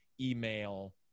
email